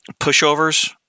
pushovers